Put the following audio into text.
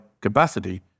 capacity